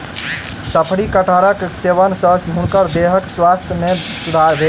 शफरी कटहरक सेवन सॅ हुनकर देहक स्वास्थ्य में सुधार भेल